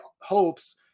hopes